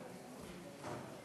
בבקשה, אדוני.